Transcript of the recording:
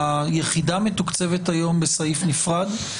היחידה מתוקצבת היום בסעיף נפרד?